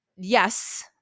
Yes